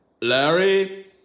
Larry